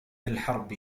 الحرب